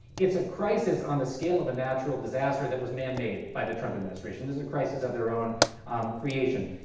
it's a crisis on the scale of a natural disaster that was manmade by the trump administration. this is a crisis of their own creation.